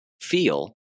feel